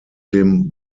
dem